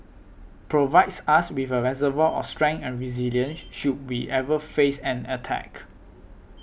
provides us with a reservoir of strength and resilience should we ever face an attack